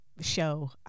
show